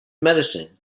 medicine